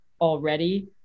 already